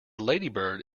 ladybird